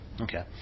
Okay